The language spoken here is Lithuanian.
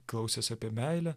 klausės apie meilę